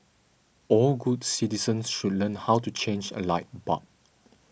all good citizens should learn how to change a light bulb